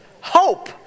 hope